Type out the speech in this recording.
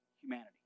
humanity